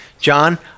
John